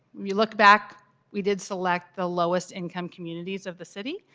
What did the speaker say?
you look back we did select the lowest income communities of the city,